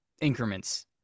increments